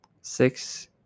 Six